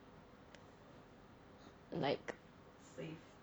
like